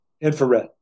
Infrared